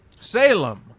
Salem